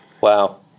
Wow